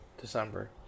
December